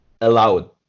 allowed